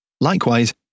Likewise